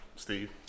Steve